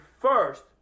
first